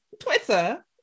twitter